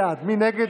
בעד, 50, נגד,